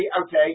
okay